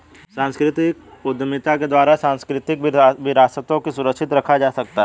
सांस्कृतिक उद्यमिता के द्वारा सांस्कृतिक विरासतों को सुरक्षित रखा जा सकता है